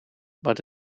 but